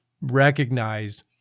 recognized